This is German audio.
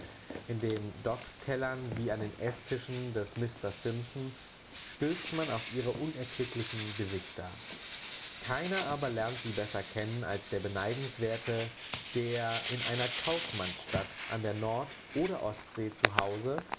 in den docks kellern wie an den eßtischen des mr simpson stößt man auf ihre unerquicklichen gesichter keiner aber lernt sie besser kennen als der beneidenswerte der in einer kaufmannsstadt an der nord oder ostsee